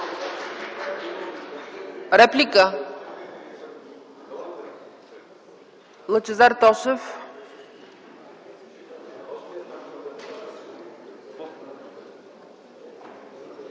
Реплика - Лъчезар Тошев.